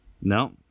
No